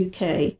UK